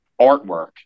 artwork